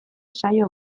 saio